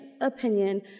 opinion